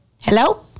Hello